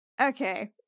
Okay